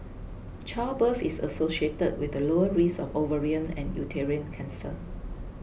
childbirth is associated with a lower risk of ovarian and uterine cancer